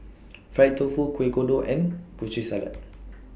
Fried Tofu Kueh Kodok and Putri Salad